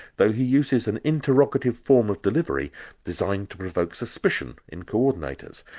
though he uses an interrogative form of delivery designed to provoke suspicion in co-ordinators.